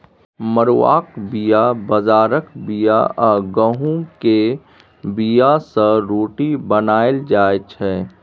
मरुआक बीया, बजराक बीया आ गहुँम केर बीया सँ रोटी बनाएल जाइ छै